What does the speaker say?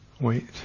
wait